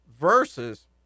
versus